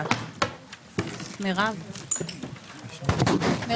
הישיבה ננעלה בשעה 12:00.